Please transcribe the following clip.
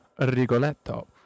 Rigoletto